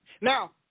Now